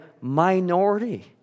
minority